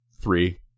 three